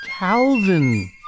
Calvin